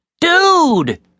Dude